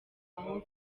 aho